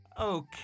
Okay